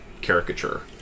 caricature